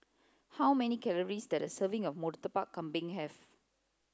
how many calories does a serving of Murtabak Kambing have